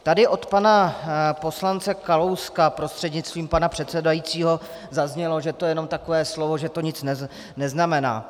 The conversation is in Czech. Tady od pana poslance Kalouska, prostřednictvím pana předsedajícího, zaznělo, že je to jenom takové slovo, že to nic neznamená.